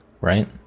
right